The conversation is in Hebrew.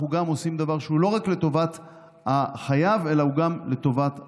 אנחנו עושים דבר שהוא לא רק לטובת החייב אלא הוא גם לטובת הנושא.